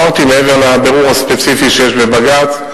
אמרתי, מעבר לבירור הספציפי שיש בבג"ץ,